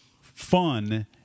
fun